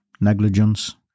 negligence